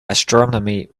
astronomy